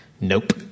Nope